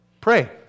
Pray